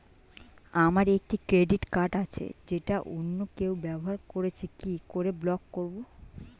আমার একটি credit card আছে যেটা অন্য কেউ ব্যবহার করছে কি করে ব্লক করবো?